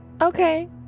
Okay